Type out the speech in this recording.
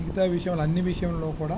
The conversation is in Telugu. మిగతా విషయం అన్ని విషయంలో కూడా